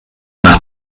nach